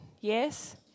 yes